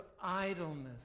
idleness